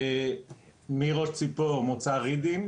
מראש ציפור, מוצא רידינג